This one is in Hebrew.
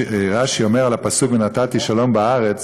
רש"י אומר על הפסוק "ונתתי שלום בארץ",